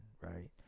right